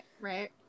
right